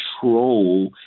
control